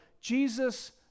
Jesus